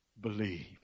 believe